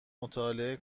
مطالعه